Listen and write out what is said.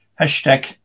hashtag